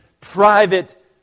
private